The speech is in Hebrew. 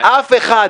אף אחד